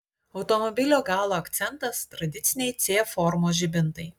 automobilio galo akcentas tradiciniai c formos žibintai